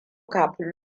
kafin